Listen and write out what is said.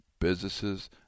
businesses